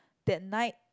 that night